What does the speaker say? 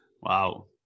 Wow